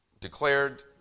declared